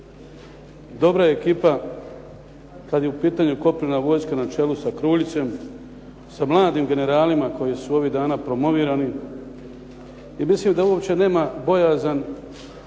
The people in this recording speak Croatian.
dobra ekipa kad je u pitanju kopnena vojska na čelu sa Kruljićem, sa mladim generalima koji su ovih dana promovirani. I mislim da uopće nema bojazan